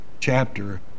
chapter